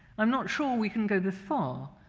i'm not sure we can go this far,